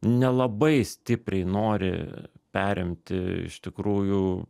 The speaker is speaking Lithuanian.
nelabai stipriai nori perimti iš tikrųjų